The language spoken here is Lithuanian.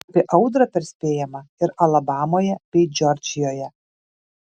apie audrą perspėjama ir alabamoje bei džordžijoje